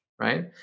right